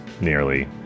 nearly